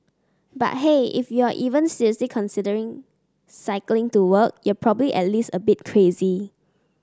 but hey if you're even seriously considering cycling to work you're probably at least a bit crazy